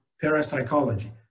parapsychology